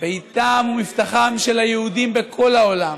ביתם ומבטחם של היהודים בכל העולם.